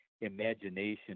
imagination